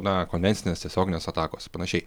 na konvencinės tiesioginės atakos ar panašiai